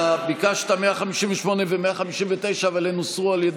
הסתייגויות מס' 91 עד 104 הוסרו.